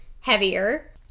heavier